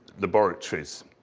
laboratories.